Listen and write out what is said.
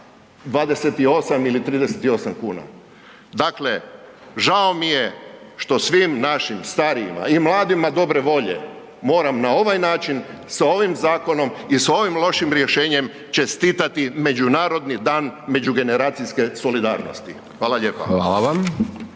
28 ili 38 kn. dakle, žao mi je što svim našim starijima i mladima dobre volje moram na ovaj način sa ovim zakonom i s ovim lošim rješenjem čestitati Međunarodni dan međugeneracijske solidarnosti. Hvala lijepa.